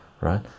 right